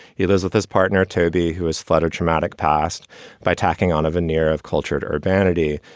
he lives with his partner, toby, who is futter traumatic past by tacking on a veneer of cultured urbanity.